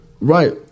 Right